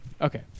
Okay